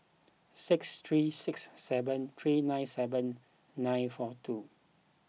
six three six seven three nine seven nine four two